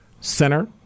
Center